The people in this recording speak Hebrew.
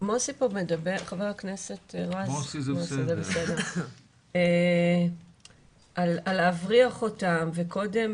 חבר הכנסת רז מדבר על להבריח אותם, וקודם